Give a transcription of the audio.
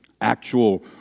Actual